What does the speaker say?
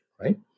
right